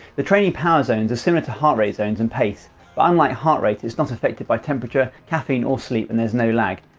the training power zones are similar to heart rate zones and pace, but unlike heart rate it's not affected by temperature, caffeine or sleep and there's no lag,